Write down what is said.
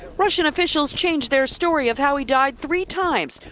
russian officials changed their story of how he died three times,